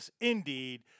Indeed